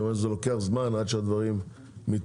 כי לוקח זמן עד שדברים מתפתחים.